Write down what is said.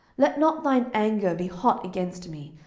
let not thine anger be hot against me,